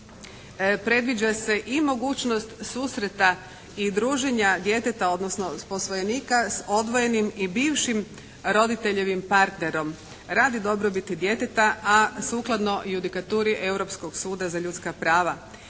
predviđa se i mogućnost susreta i druženja djeteta, odnosno posvojenika s odvojenim i bivšim roditeljevim partnerom radi dobrobiti djeteta, a sukladno judikaturi Europskog suda za ljudska prava